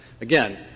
again